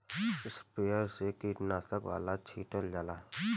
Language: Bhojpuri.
स्प्रेयर से कीटनाशक वाला छीटल जाला